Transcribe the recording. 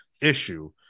issue